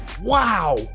wow